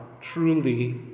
truly